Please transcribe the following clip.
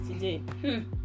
today